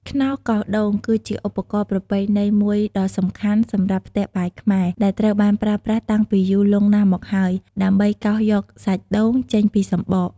ខ្នោសកោសដូង គឺជាឧបករណ៍ប្រពៃណីមួយដ៏សំខាន់សម្រាប់ផ្ទះបាយខ្មែរ ដែលត្រូវបានប្រើប្រាស់តាំងពីយូរលង់ណាស់មកហើយ ដើម្បីកោសយកសាច់ដូងចេញពីសម្បក។